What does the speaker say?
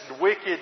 wicked